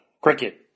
cricket